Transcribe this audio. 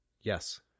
Yes